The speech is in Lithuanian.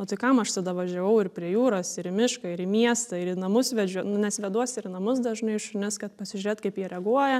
o tai kam aš tada važiavau ir prie jūros ir į mišką ir į miestą ir į namus vežiau nu nes veduosi ir į namus dažnai šunis kad pasižiūrėt kaip jie reaguoja